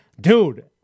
Dude